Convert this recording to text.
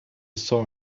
saw